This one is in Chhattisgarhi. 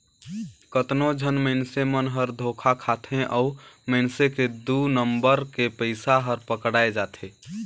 कतनो झन मइनसे मन हर धोखा खाथे अउ मइनसे के दु नंबर के पइसा हर पकड़ाए जाथे